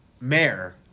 mayor